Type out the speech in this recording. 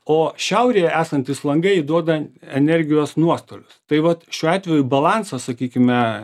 o šiaurėje esantys langai duoda energijos nuostolius tai vat šiuo atveju balansą sakykime